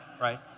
right